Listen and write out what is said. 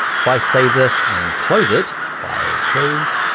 if i save this and close it, file close,